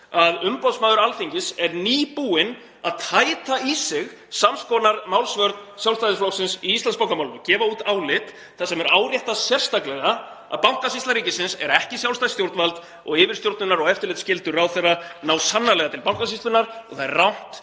að umboðsmaður Alþingis er nýbúinn að tæta í sig sams konar málsvörn Sjálfstæðisflokksins í Íslandsbankamálinu, gefa út álit þar sem er áréttað sérstaklega að Bankasýsla ríkisins er ekki sjálfstætt stjórnvald og yfirstjórnunar- og eftirlitsskyldur ráðherra ná sannarlega til Bankasýslunnar. Og það er rangt